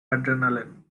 adrenaline